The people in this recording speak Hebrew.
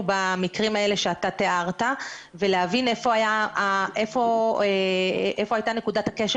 במקרים האלה שאתה תיארת ולהבין איפה הייתה נקודת הכשל